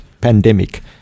pandemic